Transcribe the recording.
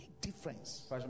Difference